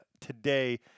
today